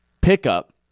pickup